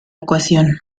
ecuación